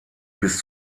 bis